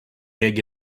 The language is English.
big